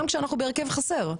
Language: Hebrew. גם כשאנחנו בהרכב חסר.